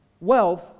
wealth